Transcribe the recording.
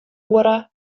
oere